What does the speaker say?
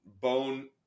bone